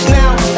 now